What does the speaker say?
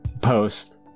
Post